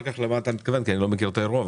כך למה אתה מתכוון כי אני לא מכיר את האירוע,